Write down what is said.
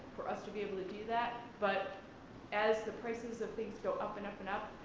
for us to be able to do that, but as the prices of things go up, and up, and up,